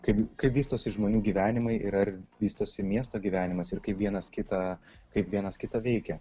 kaip vystosi žmonių gyvenimai ir ar vystosi miesto gyvenimas ir kaip vienas kitą kaip vienas kitą veikia